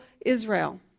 Israel